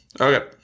Okay